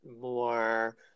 more